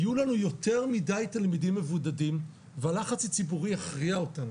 יהיו לנו יותר מדי תלמידים מבודדים והלחץ הציבורי יכריע אותנו.